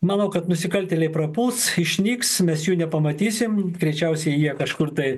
manau kad nusikaltėliai prapuls išnyks mes jų nepamatysim greičiausiai jie kažkur tai